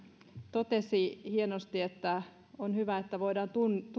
totesi hienosti että on hyvä että voidaan